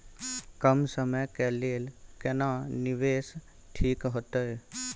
कम समय के लेल केना निवेश ठीक होते?